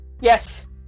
Yes